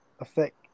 affect